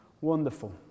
Wonderful